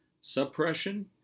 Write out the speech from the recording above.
suppression